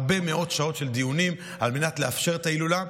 הרבה מאוד שעות של דיונים על מנת לאפשר את ההילולה.